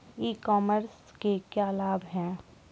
ई commerce के क्या क्या लाभ हैं?